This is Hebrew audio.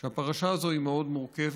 שהפרשה הזאת היא מאוד מורכבת,